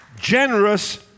Generous